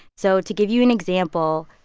so to give you an example,